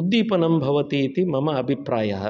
उद्दीपनं भवति इति मम अभिप्रायः